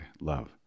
love